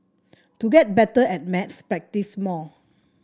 to get better at maths practise more